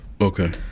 okay